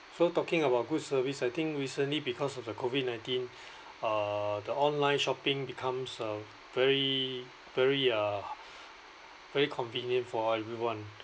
so talking about good service I think recently because of the COVID nineteen uh the online shopping becomes a very very uh very convenient for everyone